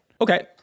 Okay